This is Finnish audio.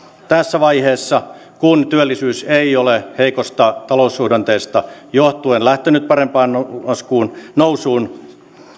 tässä vaiheessa kun työllisyys ei ole heikosta taloussuhdanteesta johtuen lähtenyt parempaan nousuun